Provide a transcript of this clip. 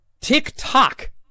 TikTok